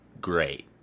great